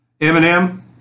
Eminem